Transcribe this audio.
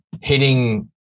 hitting